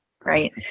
right